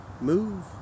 Move